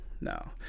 No